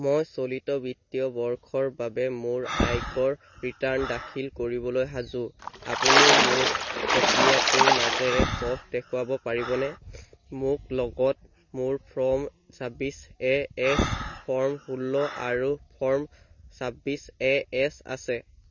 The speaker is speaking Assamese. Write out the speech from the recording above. মই চলিত বিত্তীয় বৰ্ষৰ বাবে মোৰ আয়কৰ ৰিটাৰ্ণ দাখিল কৰিবলৈ সাজু আপুনি মোক প্ৰক্ৰিয়াটোৰ মাজেৰে পথ দেখুৱাব পাৰিবনে মোক লগত মোৰ ফৰ্ম ছাব্বিছ এ এছ ফৰ্ম ষোল্ল আৰু ফৰ্ম চাব্বিছ এ এছ আছে